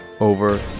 over